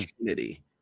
Trinity